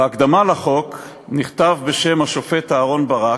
בהקדמה לחוק נכתב, בשם השופט אהרן ברק,